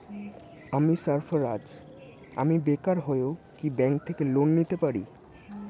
আমি সার্ফারাজ, আমি বেকার হয়েও কি ব্যঙ্ক থেকে লোন নিতে পারি?